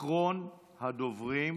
אחרון הדוברים,